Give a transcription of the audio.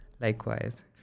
Likewise